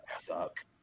suck